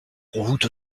route